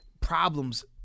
problems –